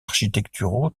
architecturaux